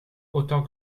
autant